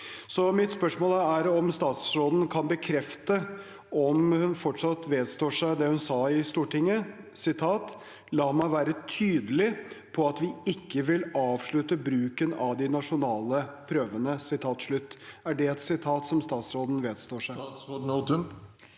Mitt spørsmål er om statsråden kan bekrefte at hun fortsatt vedstår seg det hun sa i Stortinget: «La meg være tydelig på at vi ikke vil avslutte bruken av de nasjonale prøvene.» Er det et sitat statsråden vedstår seg? Statsråd Kari